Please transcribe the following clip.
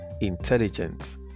intelligence